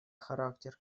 характер